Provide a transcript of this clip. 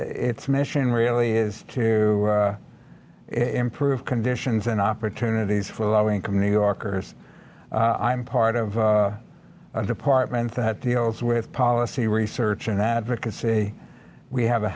its mission really is to improve conditions and opportunities for low income new yorkers i'm part of a department that the oas with policy research and advocacy we have a